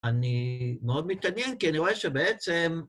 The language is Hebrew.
אני מאוד מתעניין, כי אני רואה שבעצם...